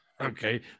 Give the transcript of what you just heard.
okay